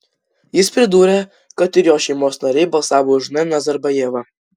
jis pridūrė kad ir jo šeimos nariai balsavo už n nazarbajevą